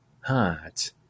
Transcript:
hot